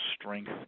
strength